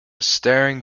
staring